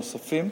נוספים,